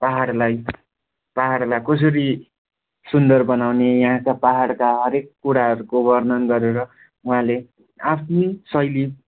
पाहाडलाई पाहाडलाई कसरी सुन्दर बनाउने यहाँका पाहाडका हरेक कुराहरूको वर्णन गरेर उहाँले आफ्नै शैली